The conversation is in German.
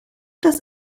das